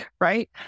right